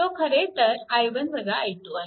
तो खरेतर आहे